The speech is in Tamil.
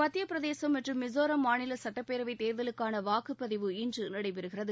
மத்தியப் பிரதேசம் மற்றும் மிஸோராம் மாநில சட்டப்பேரவைத் தேர்தலுக்கான வாக்குப்பதிவு இன்று நடைபெறுகிறது